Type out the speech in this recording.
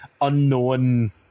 unknown